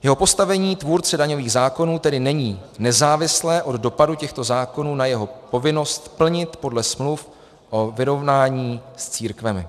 Jeho postavení tvůrce daňových zákonů tedy není nezávislé od dopadu těchto zákonů na jeho povinnost plnit podle smluv o vyrovnání s církvemi.